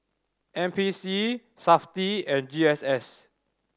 N P C Safti and G S S